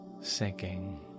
sinking